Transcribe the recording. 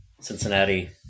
Cincinnati